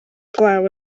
glaw